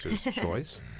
choice